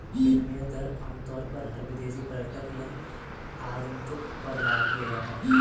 विनिमय दर आमतौर पर हर विदेशी पर्यटक या आगन्तुक पर लागू किया जाता है